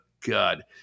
God